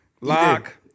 lock